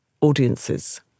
audiences